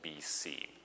BC